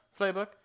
playbook